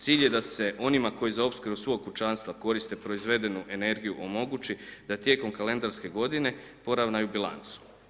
Cilj je da se onima koji za opskrbu svog kućanstva koriste proizvedenu energiju omogući da tijekom kalendarske godine poravnaju bilancu.